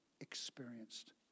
experienced